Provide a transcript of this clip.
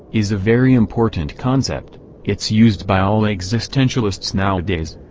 is a very important concept it's used by all existentialists nowadays.